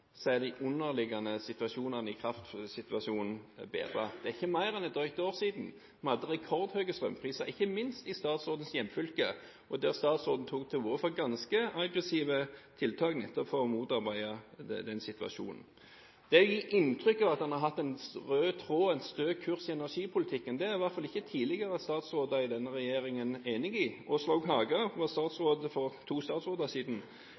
er de underliggende situasjonene i kraftsituasjonen bedret. Det er ikke mer et drøyt år siden vi hadde rekordhøye strømpriser, ikke minst i statsrådens hjemfylke. Da tok statsråden til orde for ganske aggressive tiltak nettopp for å motarbeide den situasjonen. Det å gi inntrykk av at han har hatt en rød tråd, en stø kurs, i energipolitikken, er i hvert fall ikke tidligere statsråder i denne regjeringen enig i. Åslaug Haga var statsråd for to statsråder siden.